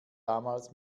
damals